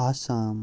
Assam